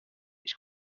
siis